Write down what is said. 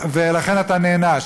לכן אתה נענש.